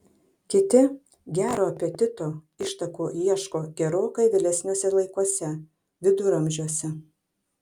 kiti gero apetito ištakų ieško gerokai vėlesniuose laikuose viduramžiuose